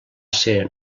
ser